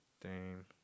Dame